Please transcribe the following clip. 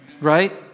Right